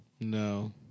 No